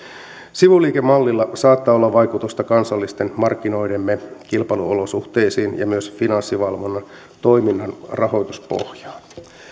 sivuliikemallilla saattaa olla vaikutusta kansallisten markkinoidemme kilpailuolosuhteisiin ja myös finanssivalvonnan toiminnan rahoituspohjaan